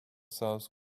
south